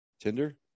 Tinder